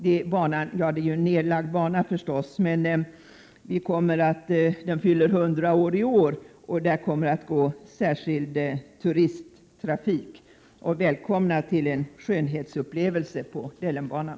Det är förstås en nedlagd bana, men den fyller 100 år i år och där kommer att gå särskild turisttrafik. Välkomna till en skönhetsupplevelse på Dellenbanan!